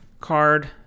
Card